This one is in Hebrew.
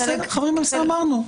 בסדר, אמרנו.